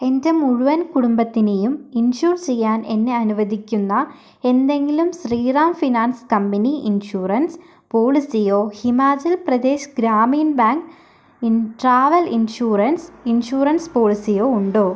എൻ്റെ മുഴുവൻ കുടുംബത്തിനെയും ഇൻഷുർ ചെയ്യാൻ എന്നെ അനുവദിക്കുന്ന എന്തെങ്കിലും ശ്രീറാം ഫിനാൻസ് കമ്പനി ഇൻഷുറൻസ് പോളിസിയോ Himachal Pradesh Gramin bank travel insurance insurance പോളിസിയോ ഉണ്ടോ